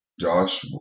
Josh